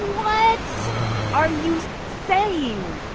what are you saying?